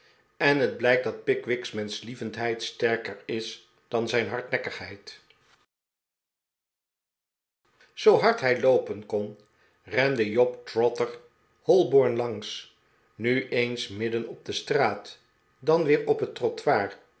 en het blijkt dat pickwick's menschlievendheid sterker is dan zijn hardnekkigheid zoo hard hij loopen kon rende job trotter holborn langs nu eens midden op de straat dan weer op het trottoir